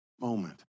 moment